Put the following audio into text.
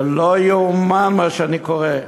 זה לא ייאמן מה שאני קורא.